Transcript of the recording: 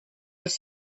his